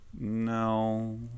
No